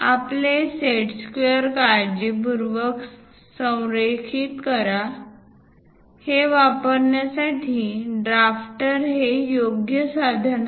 आपले set square काळजीपूर्वक संरेखित करा हे वापरण्यासाठी ड्राफ्टर हे योग्य साधन आहे